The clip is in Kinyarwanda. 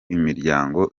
imiryango